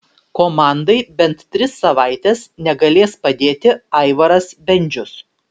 komandai bent tris savaites negalės padėti aivaras bendžius